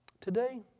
today